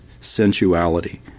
sensuality